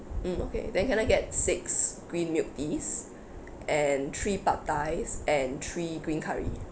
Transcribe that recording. mm okay then can I get six green milk teas and three pad thais and three green curry